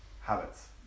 habits